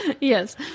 Yes